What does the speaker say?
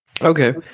okay